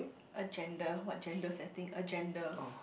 agenda what gender setting agenda